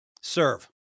Serve